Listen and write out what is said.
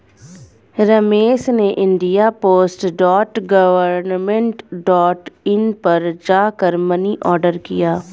रमेश ने India post dot government dot in पर जा कर मनी ऑर्डर किया